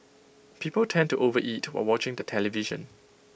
people tend to overeat while watching the television